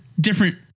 different